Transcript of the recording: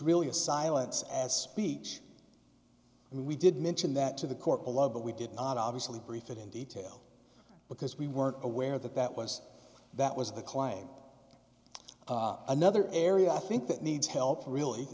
really a silence as speech and we did mention that to the court below but we did not obviously brief it in detail because we weren't aware that that was that was the claim another area i think that needs help really